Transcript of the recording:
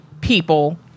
people